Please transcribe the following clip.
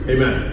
Amen